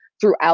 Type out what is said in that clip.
throughout